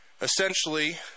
essentially